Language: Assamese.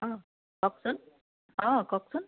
অঁ কওকচোন অঁ কওকচোন